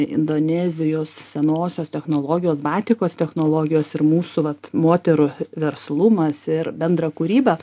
indonezijos senosios technologijos batikos technologijos ir mūsų vat moterų verslumas ir bendra kūryba